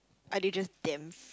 are they just damn